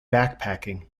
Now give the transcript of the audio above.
backpacking